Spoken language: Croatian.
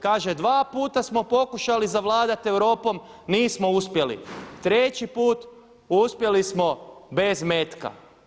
Kaže, dva puta smo pokušali zavladati Europom, nismo uspjeli, treći put uspjeli smo bez metka.